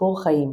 סיפור חיים,